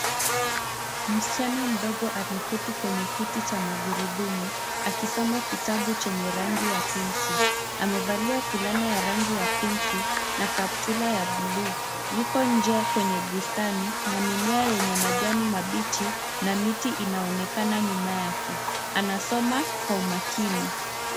Msichana mdogo ameketi kwenye kiti cha magurudumu akisoma kitabu chenye rangi ya pinki. Amevalia fulana ya rangi ya pinki na kaptura ya buluu. Yuko nje kwenye bustani na mimea yenye majani mabichi na miti inaonekana nyuma yake. Anasoma kwa umakini.